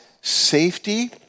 safety